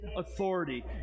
authority